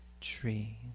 tree